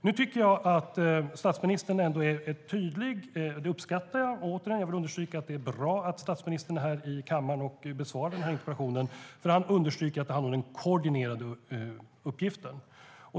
Nu tycker jag ändå att statsministern är tydlig, och det uppskattar jag. Jag vill återigen understryka att det är bra att statsministern är här i kammaren och besvarar denna interpellation och understryker att det handlar om den koordinerande uppgiften.